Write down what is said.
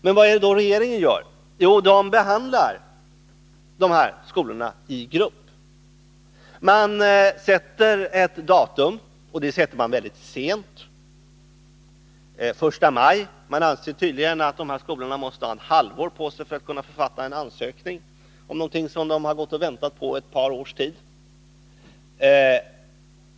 Men vad gör då regeringen? Jo, man behandlar skolorna i grupp. Man fastslår ett datum — ett väldigt sent datum, nämligen den 1 maj. Man anser tydligen att skolorna i fråga måste ha ett halvår på sig för att författa en ansökan i ett ärende där man gått och väntat på besked i ett par års tid.